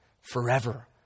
forever